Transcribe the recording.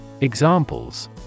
Examples